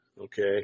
Okay